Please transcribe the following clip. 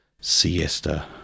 siesta